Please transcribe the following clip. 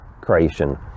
creation